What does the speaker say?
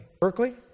Berkeley